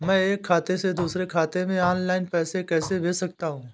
मैं एक खाते से दूसरे खाते में ऑनलाइन पैसे कैसे भेज सकता हूँ?